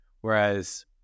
Whereas